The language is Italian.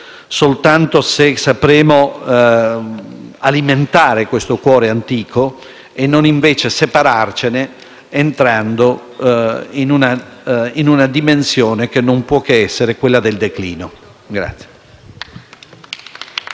soltanto se sapremo alimentare questo cuore antico e non, invece, separarcene, entrando in una dimensione che non può che essere quella del declino.